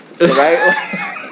Right